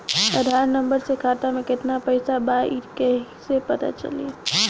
आधार number से खाता में केतना पईसा बा ई क्ईसे पता चलि?